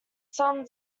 some